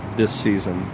this season.